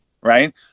right